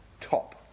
top